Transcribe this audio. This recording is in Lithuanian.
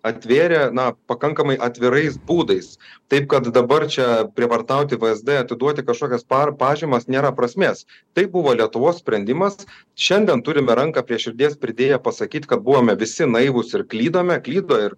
atvėrė na pakankamai atvirais būdais taip kad dabar čia prievartauti vsd atiduoti kažkokias pa pažymas nėra prasmės tai buvo lietuvos sprendimas šiandien turime ranką prie širdies pridėję pasakyti kad buvome visi naivūs ir klydome klydo ir